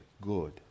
good